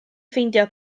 ffeindio